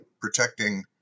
protecting